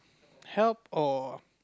help or